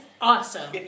awesome